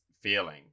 feeling